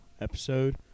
episode